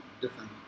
different